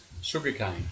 sugarcane